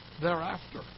thereafter